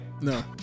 No